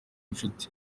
inshuti